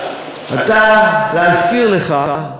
אתה, להזכיר לך,